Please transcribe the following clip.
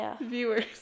viewers